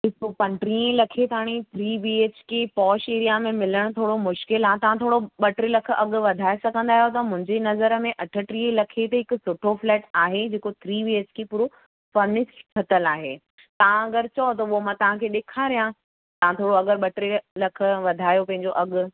पंटीह लखे ताईं three B H K posh area में मिलणु थोरो मुश्किलु आहे तव्हां थोरो ॿ टे लख थोरो अघु वधाए सघंदा अहियो त मुंहिंजी नज़र में अठटीह लखे ते हिकु सुठो फ़्लेट आहे जेको थ्री बी एच के पूरो फर्निश वर्तल आहे तव्हां अगरि चओ त पोइ मां तव्हां खे ॾेखारियां तव्हां थोरो अगरि ॿ टे लख वधायो पंहिंजो अघु